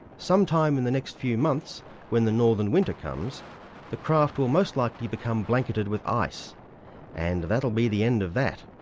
some time in the next few months when the northern winter comes the craft will most likely become blanketed with ice and that will be the end of that.